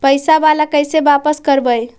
पैसा बाला कैसे बापस करबय?